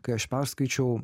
kai aš perskaičiau